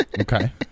Okay